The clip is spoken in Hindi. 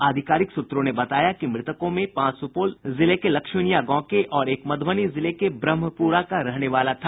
आधिकारिक सूत्रों ने बताया कि मृतकों में पांच सुपौल जिले के लक्ष्मीनियां गांव के और एक मधुबनी जिले के ब्रह्मपुरा का रहने वाला था